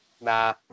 nah